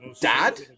dad